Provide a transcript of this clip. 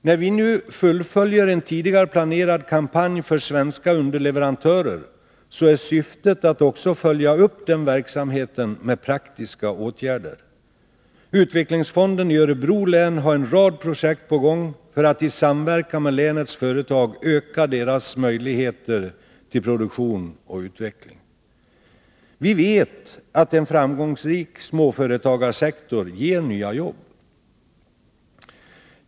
När vi nu fullföljer en tidigare planerad kampanj för svenska underleverantörer, är syftet att också följa upp den verksamheten med praktiska åtgärder. Utvecklingsfonden i Örebro län har en rad projekt på gång för att i samverkan med länets företag öka deras möjligheter till produktion och utveckling. Vi vet att en framgångsrik småföretagarsektor ger nya jobb.